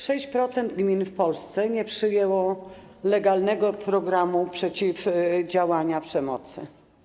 6% gmin w Polsce nie przyjęło legalnego programu przeciwdziałania przemocy.